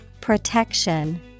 Protection